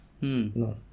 No